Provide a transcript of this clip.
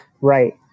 Right